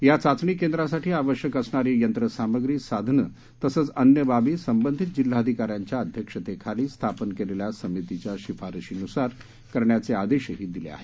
या चाचणी केंद्रासाठी आवश्यक असणारी यंत्रसामग्री साधनं तसंच अन्य बाबी संबधित जिल्हाधिकाऱ्यांच्या अध्यक्षतेखाली स्थापन केलेल्या समितीच्या शिफारशीनुसार करण्याचे आदेशही दिले आहेत